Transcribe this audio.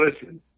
listen